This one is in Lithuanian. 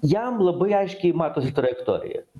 jam labai aiškiai matosi trajektorija